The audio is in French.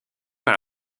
par